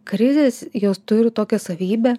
krizės jos turi tokią savybę